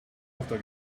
after